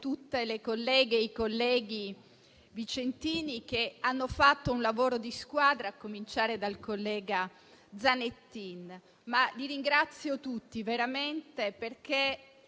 colleghe e i colleghi vicentini, che hanno fatto un lavoro corale di squadra, a cominciare dal collega Zanettin.